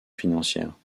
financière